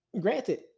Granted